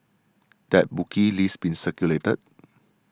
that bookie list being circulated